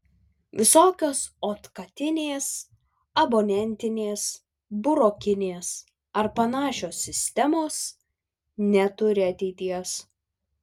visokios otkatinės abonentinės burokinės ar panašios sistemos neturi ateities